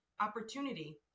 opportunity